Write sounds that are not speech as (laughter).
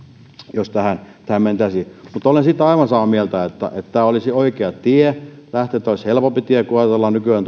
tähän mentäisiin mutta siitä olen aivan samaa mieltä että tämä olisi oikea tie lähteä tämä olisi helpompi tie kun ajatellaan tuotantosikaloita nykyään (unintelligible)